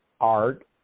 art